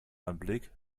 anblick